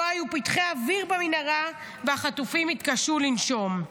לא היו פתחי אוויר במנהרה, והחטופים התקשו לנשום.